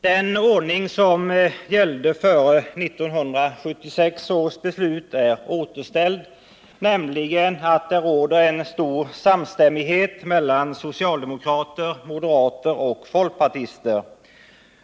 Den ordning som gällde före 1976 års beslut är återställd, nämligen att det råder en stor samstämmighet mellan socialdemokrater, moderater och folkpartister.